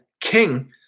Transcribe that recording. king